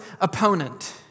opponent